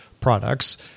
products